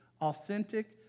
authentic